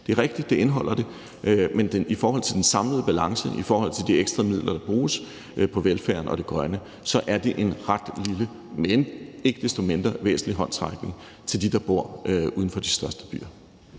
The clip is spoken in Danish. Det er rigtigt, at det indeholder det. Men i forhold til den samlede balance og i forhold til de ekstra midler, der bruges på velfærden og det grønne, er det en ret lille, men ikke desto mindre væsentlig håndsrækning til dem, der bor uden for de største byer.